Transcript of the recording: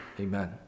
Amen